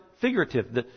Figurative